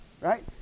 Right